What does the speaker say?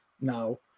now